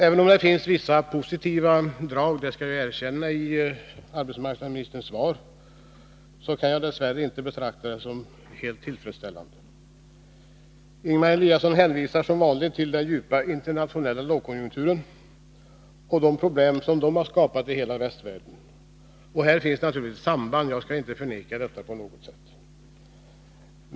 Även om det finns vissa positiva drag — det skall jag erkänna — i arbetsmarknadsministerns svar, kan jag dess värre inte betrakta det som helt tillfredsställande. Ingemar Eliasson hänvisar som vanligt till den: djupa internationella lågkonjunkturen och de problem som den har skapat i hela västvärlden. Här finns naturligtvis samband — jag skall inte förneka detta på något sätt.